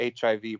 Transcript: HIV